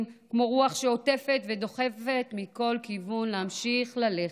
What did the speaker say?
כמו רוח שעוטפת ודוחפת מכל כיוון להמשיך ללכת.